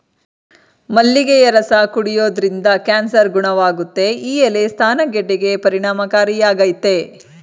ಮಲ್ಲಿಗೆಯ ರಸ ಕುಡಿಯೋದ್ರಿಂದ ಕ್ಯಾನ್ಸರ್ ಗುಣವಾಗುತ್ತೆ ಈ ಎಲೆ ಸ್ತನ ಗೆಡ್ಡೆಗೆ ಪರಿಣಾಮಕಾರಿಯಾಗಯ್ತೆ